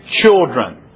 children